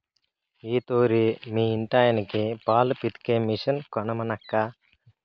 ఈ తూరి మీ ఇంటాయనకి పాలు పితికే మిషన్ కొనమనక్కా